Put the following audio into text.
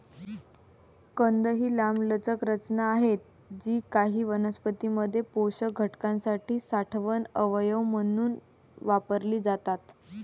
कंद ही लांबलचक रचना आहेत जी काही वनस्पतीं मध्ये पोषक घटकांसाठी साठवण अवयव म्हणून वापरली जातात